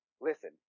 Listen